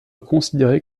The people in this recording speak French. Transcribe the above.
considérées